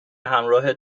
همراه